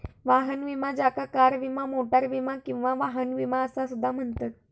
वाहन विमा ज्याका कार विमा, मोटार विमा किंवा वाहन विमा असा सुद्धा म्हणतत